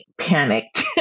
panicked